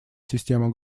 системы